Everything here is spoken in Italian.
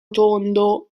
tondo